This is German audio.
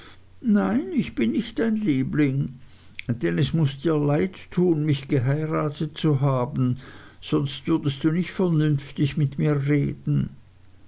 nein ich bin nicht dein liebling denn es muß dir leid tun mich geheiratet zu haben sonst würdest du nicht vernünftig mit mir reden